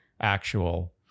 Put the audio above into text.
actual